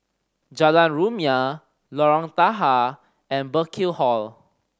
Jalan Rumia Lorong Tahar and Burkill Hall